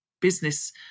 business